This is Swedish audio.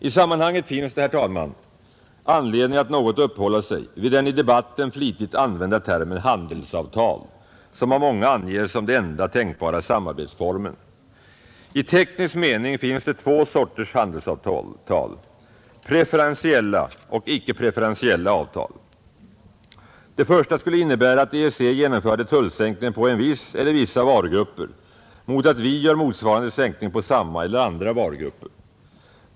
I sammanhanget finns det, herr talman, anledning att något uppehålla sig vid den i debatten flitigt använda termen handelsavtal, som av många anges som den enda tänkbara samarbetsformen. I teknisk mening finns det två sorters handelsavtal, preferentiella och icke preferentiella avtal. Det första skulle innebära att EEC genomförde tullsänkning på en viss eller vissa varugrupper mot att vi gör motsvarande sänkning på samma eller andra varugrupper.